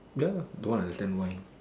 ya don't understand why